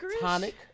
tonic